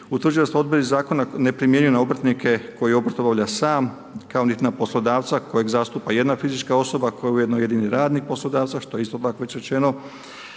Utvrđuje se … ne primjenjuje na obrtnike koji obrt obavlja sam, kao nit na poslodavca kojeg zastupa jedna fizička osoba koja je ujedno i jedini radnik poslodavca, što je isto tako već rečeno.